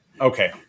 Okay